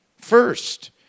first